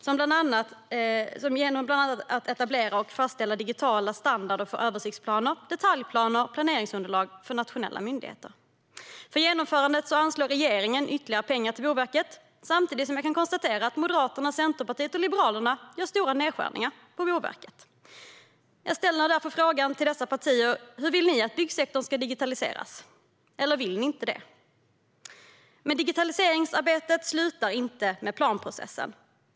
Detta har man gjort bland annat genom att etablera och fastställa digitala standarder för översiktsplaner, detaljplaner och planeringsunderlag från nationella myndigheter. För genomförandet av detta anslår regeringen ytterligare pengar till Boverket, samtidigt som jag kan konstatera att Moderaterna, Centerpartiet och Liberalerna gör stora nedskärningar på Boverket. Jag ställer därför frågan till dessa partier: Hur vill ni att byggsektorn ska digitaliseras? Eller vill ni inte det? Digitaliseringsarbetet slutar inte med planprocessen.